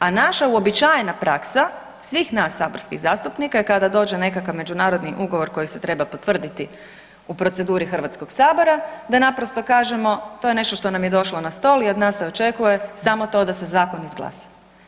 A naša uobičajena praksa, svih nas saborskih zastupnika je kada dođe nekakav međunarodni ugovor koji se treba potvrditi u proceduri HS-a, da naprosto kažemo to je nešto što nam je došlo na stol i od nas se očekuje samo to da se zakon izglasa.